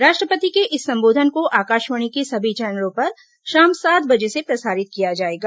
राष्ट्रपति के इस संबोधन को आकाशवाणी के सभी चैनलों पर शाम सात बजे से प्रसारित किया जाएगा